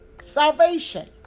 salvation